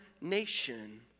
nation